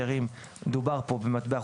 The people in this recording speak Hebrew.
מדובר פה במטבע חוץ,